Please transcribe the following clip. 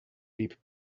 deep